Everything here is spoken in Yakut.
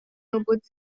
ылбыт